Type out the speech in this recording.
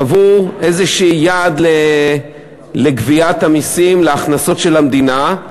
קבעו איזשהו יעד לגביית המסים, להכנסות של המדינה,